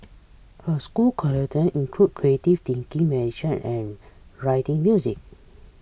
her school curriculum include creative thinking meditation and writing music